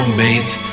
mate